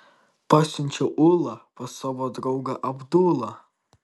pasiunčiau ulą pas savo draugą abdulą